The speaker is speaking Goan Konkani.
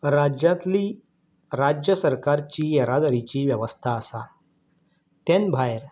राज्यांतली राज्य सरकारची येरादारीची वेवस्था आसा तेन भायर